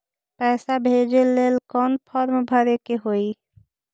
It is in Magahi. पैसा भेजे लेल कौन फार्म भरे के होई?